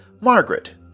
Margaret